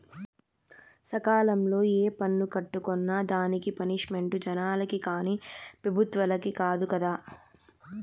సకాలంల ఏ పన్ను కట్టుకున్నా దానికి పనిష్మెంటు జనాలకి కానీ పెబుత్వలకి కాదు కదా